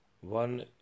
one